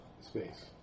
space